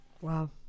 Wow